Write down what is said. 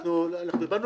אתם רוצים